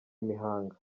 imahanga